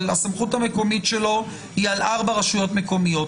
הסמכות המקומית שלו היא על 4 רשויות מקומיות.